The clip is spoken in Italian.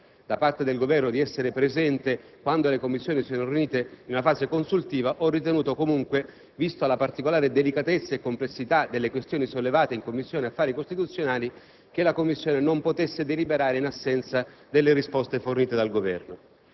da parte del Governo di essere presente quando le Commissioni sono riunite in sede consultiva, ho ritenuto comunque, vista la particolare delicatezza e complessità delle questioni sollevate in Commissione affari costituzionali, che la Commissione stessa non potesse deliberare in assenza delle risposte richieste dal Governo.